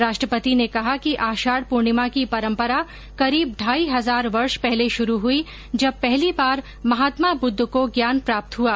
राष्ट्रपति ने कहा कि आषाढ पूर्णिमा की परम्परा करीब ढाई हजार वर्ष पहले शुरू हुई जब पहली बार महात्मा बुद्ध को ज्ञान प्राप्त हुआ